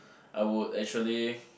I would actually